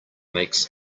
makes